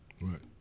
Right